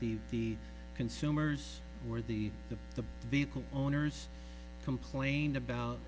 the consumers or the the the vehicle owners complained about